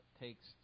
takes